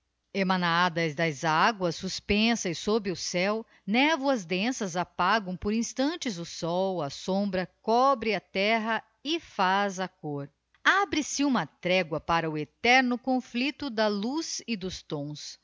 emanadas das aguas suspensas sob o céo névoas densas apagam por instantes o sol a sombra cobre a terra e faz a côr abre-se uma trégua para o eterno conflicto da luz e dos tons